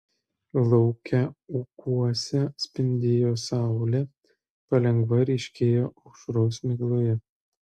lauke ūkuose spindėjo saulė palengva ryškėjo aušros migloje